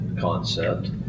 concept